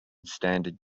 standard